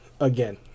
again